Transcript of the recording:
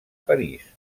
parís